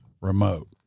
remote